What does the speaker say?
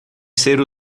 ser